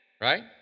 Right